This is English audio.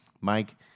Mike